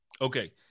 Okay